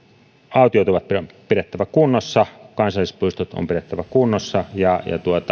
autiotuvat on pidettävä kunnossa kansallispuistot on pidettävä kunnossa ja